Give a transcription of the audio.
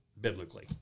biblically